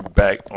back